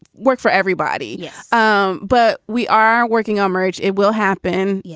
work for everybody. yeah um but we are working on marriage. it will happen. yeah